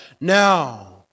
now